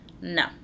no